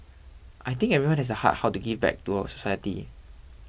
I think everyone has the heart how to give back to society